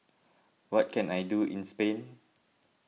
what can I do in Spain